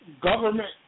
government